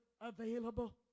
available